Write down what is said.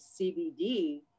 CBD